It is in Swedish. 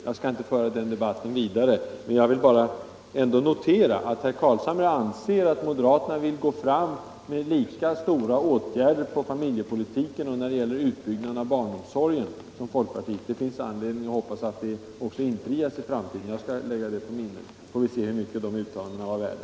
Jag skall inte föra den debatten vidare, men jag vill notera att herr Carlshamre anser att moderaterna vill gå fram med lika stor satsning inom familjepolitiken och när det gäller utbyggnaden av barnomsorgen som folkpartiet. Jag hoppas att dessa uttalanden också håller i framtiden —- jag skall lägga dem på minnet så får vi se hur mycket de är värda.